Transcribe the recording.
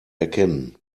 erkennen